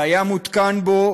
והיה מותקן בו